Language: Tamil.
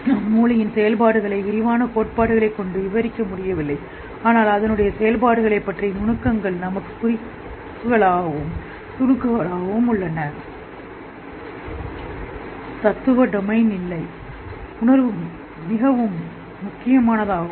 நாம் மூளை செயல்பாடுகளை ஆனால் கூடகுறிப்பாகஎப்படி விரிவான கோட்பாடு துணுக்குகளையும் எங்களுக்கு தெரியும் நாங்கள் அவசர பண்புகள் என்று அழைக்கப்படும் ஏதாவது காண முடியும் இவை அதாவது தொகுதிகள் ஆன்மீகநம்பிக்கை தத்துவ டொமைன்இல்லைஎன்று உணர்வு மிகவும் முக்கியமானதாகும்